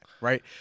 right